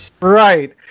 Right